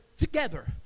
together